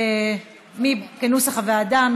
כנוסח הוועדה.